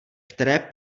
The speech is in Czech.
které